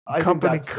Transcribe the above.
company